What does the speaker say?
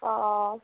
অ'